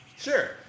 Sure